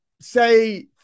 say